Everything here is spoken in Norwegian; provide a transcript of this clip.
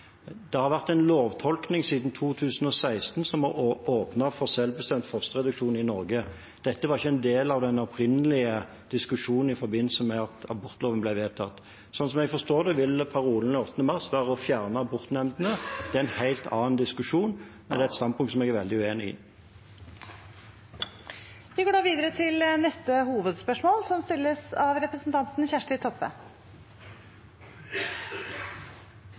det avklart. Det har vært en lovtolkning siden 2016 som har åpnet for selvbestemt fosterreduksjon i Norge. Dette var ikke en del av den opprinnelige diskusjonen i forbindelse med at abortloven ble vedtatt. Sånn som jeg forstår det, vil parolen 8. mars være å fjerne abortnemndene – det er en helt annen diskusjon. Det er et standpunkt jeg er veldig uenig i. Vi går da videre til neste hovedspørsmål.